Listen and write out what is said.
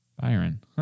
Byron